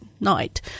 night